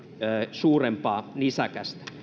suurempaa nisäkästä